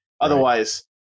Otherwise